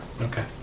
Okay